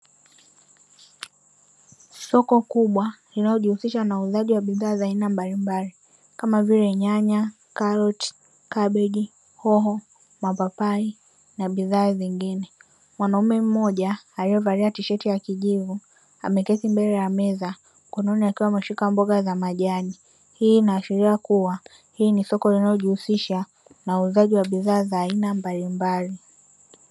Soko kubwa linalojihusisha na uuzaji wa bidhaa mbalimbali kama vile nyanya, karoti, hoho, mapapai na bidhaa zingine. Mwanaume mmoja aliyevalia tisheti ya kijivu, ameketi mbele ya meza mkononi akiwa ameshika mboga za majani. Hii inaashiria kuwa hii ni soko linalojihusisha na uuzaji wa bidhaa mbalimbali.